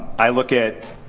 i look at.